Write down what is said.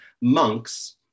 monks